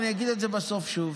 אני אגיד את זה בסוף שוב,